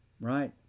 right